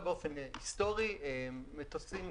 לתוך הים כשהמטוס היה שמיש לחלוטין,